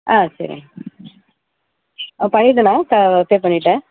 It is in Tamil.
ஆ சரி ஆ பண்ணிவிட்டேண்ணா கா பே பண்ணிவிட்டேன்